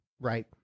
Right